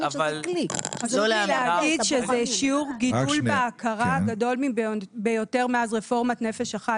חשוב לי להגיד שזה שיעור גידול בהכרה גדול ביותר מאז רפורמת 'נפש אחת'.